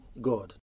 God